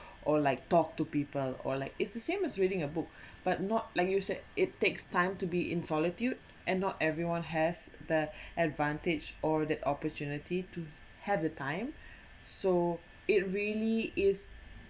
or like talk to people or like it's the same as reading a book but not like you said it takes time to be in solitude and not everyone has the advantage or that opportunity to halve the time so it really is